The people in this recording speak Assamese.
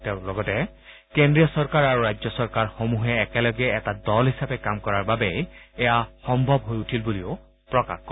তেওঁ লগতে কেন্দ্ৰীয় চৰকাৰ আৰু ৰাজ্যচৰকাৰসমূহে একেলগে এটা দল হিচাপে কাম কৰাৰ বাবে এয়া সম্ভৱ হৈ উঠিল বুলিও প্ৰকাশ কৰে